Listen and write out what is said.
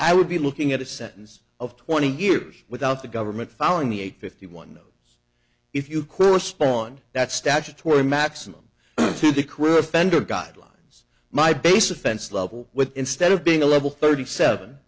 i would be looking at a sentence of twenty years without the government falling the age fifty one no if you correspond that statutory maximum to the crew offender guidelines my base offense level with instead of being a level thirty seven